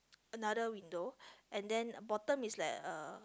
another window and then bottom is like uh